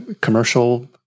commercial